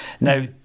Now